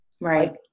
Right